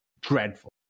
Dreadful